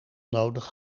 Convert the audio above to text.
nodig